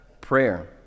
prayer